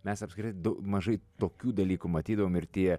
mes apskritai dau mažai tokių dalykų matydavom ir tie